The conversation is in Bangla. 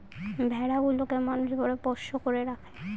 ভেড়া গুলোকে মানুষ বড় পোষ্য করে রাখে